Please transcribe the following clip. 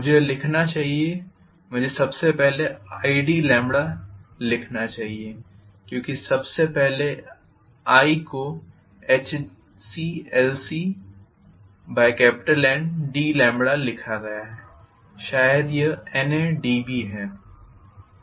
मुझे यह लिखना चाहिए मुझे सबसे पहले id लिखना चाहिए क्यूंकी सबसे पहले i को HclcNd लिखा गया है शायद यह NAdB है